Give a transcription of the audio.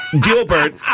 Gilbert